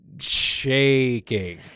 shaking